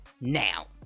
Now